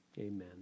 amen